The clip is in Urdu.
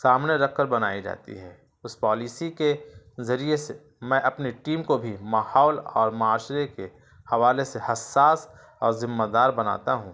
سامنے رکھ کر بنائی جاتی ہے اس پالیسی کے ذریعے سے میں اپنی ٹیم کو بھی ماحول اور معاشرے کے حوالے سے حساس اور ذمہ دار بناتا ہوں